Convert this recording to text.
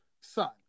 son